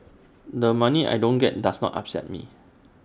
the money I don't get does not upset me